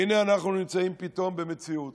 והינה, אנחנו נמצאים פתאום במציאות